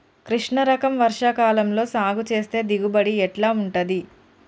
కృష్ణ రకం వర్ష కాలం లో సాగు చేస్తే దిగుబడి ఎట్లా ఉంటది?